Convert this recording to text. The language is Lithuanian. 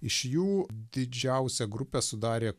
iš jų didžiausią grupę sudarė